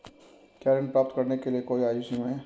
क्या ऋण प्राप्त करने के लिए कोई आयु सीमा है?